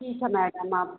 ठीक है मैडम आप